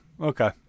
Okay